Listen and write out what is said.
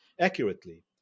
accurately